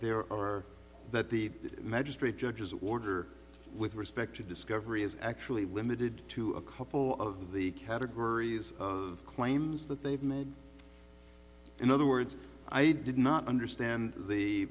there or that the magistrate judge's order with respect to discovery is actually limited to a couple of the categories of claims that they've made in other words i did not understand the